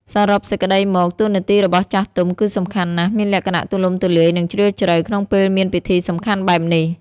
សរុបសេចក្តីមក តួនាទីរបស់ចាស់ទុំគឺសំខាន់ណាស់ មានលក្ខណៈទូលំទូលាយ និងជ្រាលជ្រៅ ក្នុងពេលមានពិធីសំខាន់បែបនេះ។